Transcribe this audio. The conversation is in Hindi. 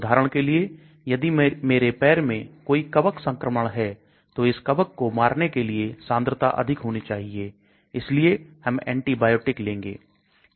उदाहरण के लिए यदि मेरे पैर में कोई कवक संक्रमण है तो इस कवक को मारने के लिए सांद्रता अधिक होनी चाहिए इसलिए हम एंटीबायोटिक लेंगे